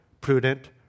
prudent